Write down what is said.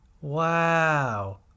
Wow